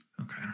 Okay